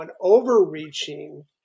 overreaching